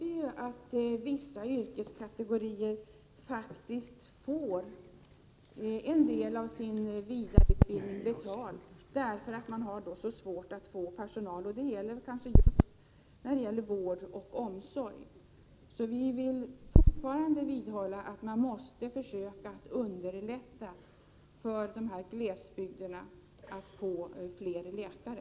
Det är väl känt att vissa yrkeskategorier på grund av personalrekryteringssvårigheterna inom särskilt vård och omsorg får en del av sin vidareutbildning betald. Vi vill därför fortfarande vidhålla att man måste försöka underlätta för glesbygderna att få fler läkare.